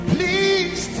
Please